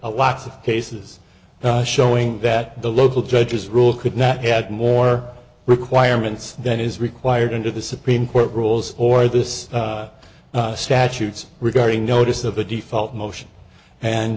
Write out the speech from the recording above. lot of cases showing that the local judges rule could not had more requirements than is required under the supreme court rules or this statutes regarding notice of a default motion and